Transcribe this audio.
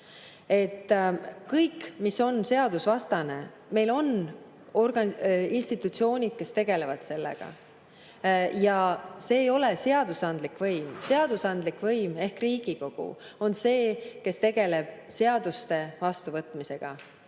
Kõik, mis on seadusvastane – meil on institutsioonid, kes tegelevad sellega. Ja see ei ole seadusandlik võim. Seadusandlik võim ehk Riigikogu on see, kes tegeleb seaduste vastuvõtmisega.